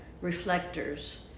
reflectors